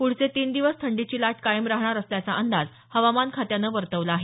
पुढचे तीन दिवस थंडीची लाट कायम राहणार असल्याचा अंदाज हवामान खात्यानं वर्तवला आहे